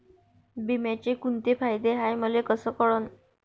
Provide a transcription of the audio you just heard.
बिम्याचे कुंते फायदे हाय मले कस कळन?